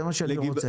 זה מה שאני רוצה.